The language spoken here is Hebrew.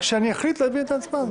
כשאני אחליט להביא את זה להצבעה,